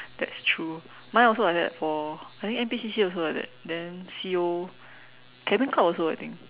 that's true mine also like that for I think N_P_C_C also like that then C_O cabin club also I think